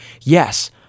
yes